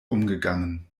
umgegangen